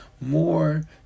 more